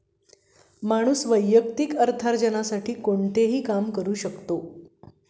कोणताही माणूस वैयक्तिक अर्थार्जनासाठी कोणतेही काम करू शकतो